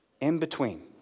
in-between